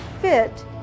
fit